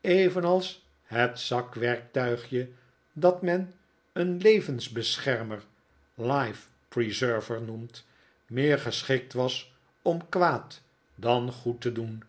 evenals het zakwerktuigje dat men een levensbeschermer life preserver noemt meer geschikt was om kwaad dan goed te doen